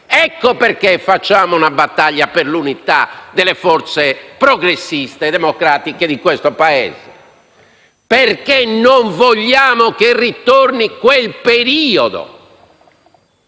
ragione facciamo una battaglia per l'unità delle forze progressiste e democratiche di questo Paese: non vogliamo che ritorni quel periodo.